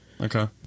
Okay